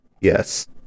yes